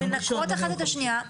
מנקרות אחת את השנייה,